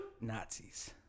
Nazis